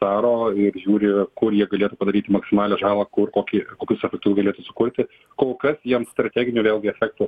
daro ir žiūri kur jie galėtų padaryti maksimalią žalą kur kokį kokius efektus galėtų sukurti kol kas jiem strateginio vėlgi efekto